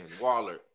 Waller